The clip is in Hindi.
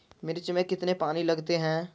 मिर्च में कितने पानी लगते हैं?